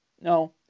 No